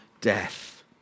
death